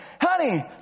Honey